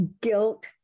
Guilt